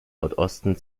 nordosten